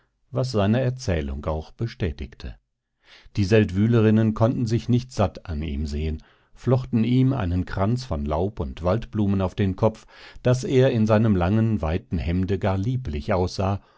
was seine erzählung auch bestätigte die seldwylerinnen konnten sich nicht satt an ihm sehen flochten ihm einen kranz von laub und waldblumen auf den kopf daß er in seinem langen weiten hemde gar lieblich aussah